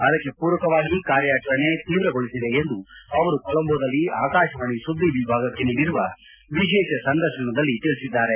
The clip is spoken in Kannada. ಅದಕ್ಕೆ ಪೂರಕವಾಗಿ ಕಾರ್ಯಾಚರಣೆ ತೀವ್ರಗೊಳಿಸಿವೆ ಎಂದು ಅವರು ಕೊಲಂಬೊದಲ್ಲಿ ಆಕಾಶವಾಣಿ ಸುದ್ದಿ ವಿಭಾಗಕ್ಕೆ ನೀಡಿರುವ ವಿಶೇಷ ಸಂದರ್ಶನದಲ್ಲಿ ತಿಳಿಸಿದ್ದಾರೆ